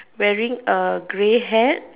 wearing a grey hat